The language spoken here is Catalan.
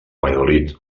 valladolid